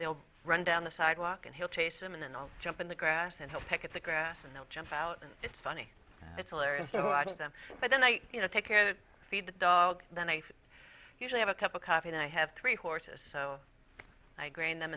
they'll run down the sidewalk and he'll chase them and i'll jump in the grass and help pick up the grass and they'll jump out and it's funny it's hilarious so i think them but then i you know take care to feed the dog then i usually have a cup of coffee and i have three horses so i green them